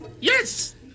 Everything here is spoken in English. Yes